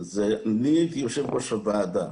אני הייתי יושב ראש הוועדה,